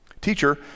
Teacher